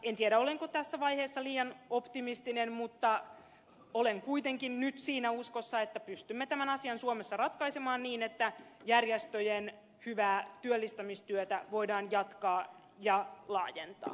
en tiedä olenko tässä vaiheessa liian optimistinen mutta olen kuitenkin nyt siinä uskossa että pystymme tämän asian suomessa ratkaisemaan niin että järjestöjen hyvää työllistämistyötä voidaan jatkaa ja laajentaa